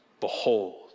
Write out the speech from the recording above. Behold